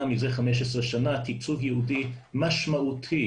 מזה 15 שנה תקצוב ייעודי משמעותי,